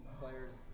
players